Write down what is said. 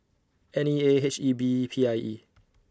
N E A H E B P I E